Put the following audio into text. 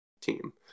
team